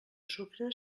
sucre